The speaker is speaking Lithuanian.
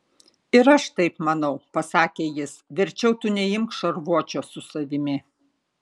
ir aš taip manau pasakė jis verčiau tu neimk šarvuočio su savimi